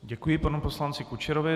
Děkuji panu poslanci Kučerovi.